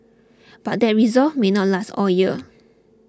but that resolve may not last all year